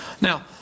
Now